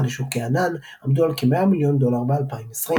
לשוק הענן עמדו על כ-100 מיליון דולר ב-2020.